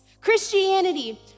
Christianity